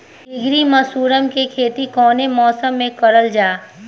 ढीघरी मशरूम के खेती कवने मौसम में करल जा?